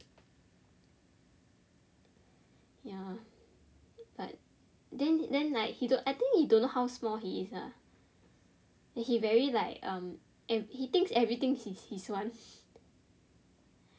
ya like then then like he I think he don't know how small he is ah then he very like um he thinks everything is he's one